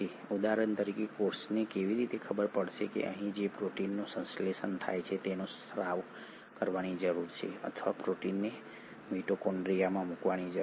ઉદાહરણ તરીકે કોષને કેવી રીતે ખબર પડશે કે અહીં જે પ્રોટીનનું સંશ્લેષણ થાય છે તેનો સ્ત્રાવ કરવાની જરૂર છે અથવા પ્રોટીનને મિટોકોન્ડ્રિયામાં મૂકવાની જરૂર છે